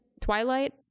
Twilight